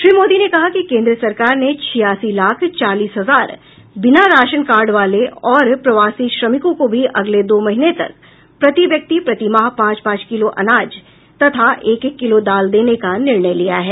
श्री मोदी ने कहा कि केंद्र सरकार ने छियासी लाख चालीस हजार बिना राशन कार्ड वाले और प्रवासी श्रमिकों को भी अगले दो महीने तक प्रतिव्यक्ति प्रतिमाह पांच पांच किलो अनाज तथा एक एक किलो दाल देने का निर्णय लिया है